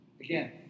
Again